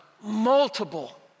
multiple